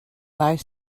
bye